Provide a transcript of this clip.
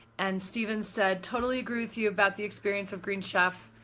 and stephen said totally agree with you about the experience with green chef,